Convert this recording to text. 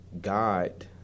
God